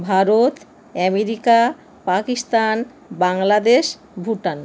Bharat America Pakistan Bangladesh Bhutan